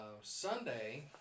Sunday